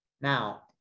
Now